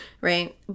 right